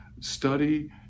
study